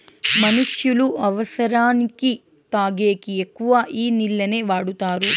మనుష్యులు అవసరానికి తాగేకి ఎక్కువ ఈ నీళ్లనే వాడుతారు